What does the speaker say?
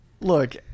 look